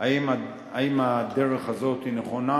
אם הדרך הזאת היא נכונה,